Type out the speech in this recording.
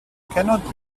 cannot